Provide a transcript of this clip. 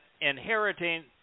inheriting